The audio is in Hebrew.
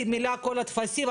נכון.